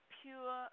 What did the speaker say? pure